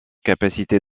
capacité